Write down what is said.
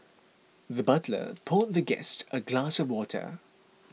the butler poured the guest a glass of water